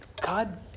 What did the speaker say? God